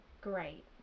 great